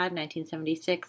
1976